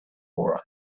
for